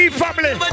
family